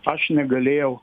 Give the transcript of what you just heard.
aš negalėjau